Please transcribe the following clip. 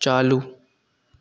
चालू